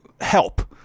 help –